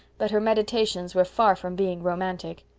but her meditations were far from being romantic.